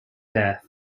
death